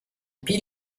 pis